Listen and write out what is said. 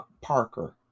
Parker